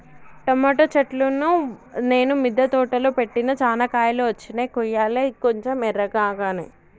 tomato చెట్లును నేను మిద్ద తోటలో పెట్టిన చానా కాయలు వచ్చినై కొయ్యలే కొంచెం ఎర్రకాగానే